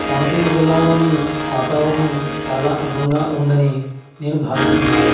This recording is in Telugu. కోనసీమ జిల్లాలోని వాతావరణం చాలా అందంగా ఉంటుందని నేను భావిస్తున్నాను